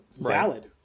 valid